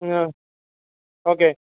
മ്മ് okay